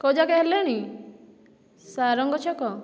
କେଉଁ ଯାଏଁ ହେଲେଣି ସାରଙ୍ଗ ଛକ